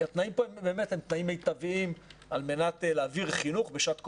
כי התנאים פה באמת הם תנאים מיטביים על מנת להעביר חינוך בשעת קורונה.